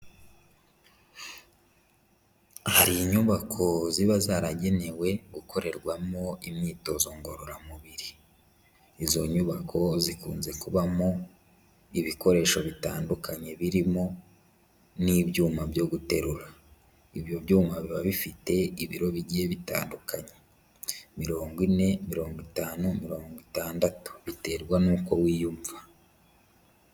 Hari inyubako ziba zaragenewe gukorerwamo imyitozo ngororamubiri. Izo nyubako zikunze kubamo ibikoresho bitandukanye birimo n'ibyuma byo guterura. Ibyo byuma biba bifite ibiro bigiye bitandukanye, mirongo ine, mirongo itanu, mirongo itandatu, biterwa n'uko wiyumva.